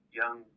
young